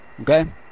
Okay